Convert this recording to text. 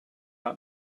out